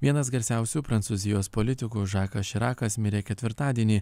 vienas garsiausių prancūzijos politikų žakas širakas mirė ketvirtadienį